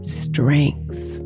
strengths